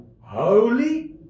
holy